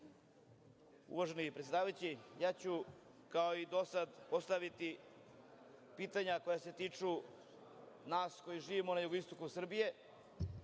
se. Uvaženi predsedavajući, ja ću kao i do sada postaviti pitanja koja se tiču nas koji živimo na jugoistoku Srbije. Moje